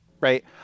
right